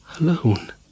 alone